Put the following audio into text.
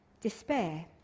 despair